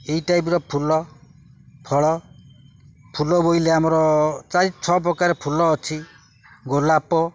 ଏଇ ଟାଇପ୍ର ଫୁଲ ଫଳ ଫୁଲ ବୋଇଲେ ଆମର ଚାରି ଛଅ ପ୍ରକାର ଫୁଲ ଅଛି ଗୋଲାପ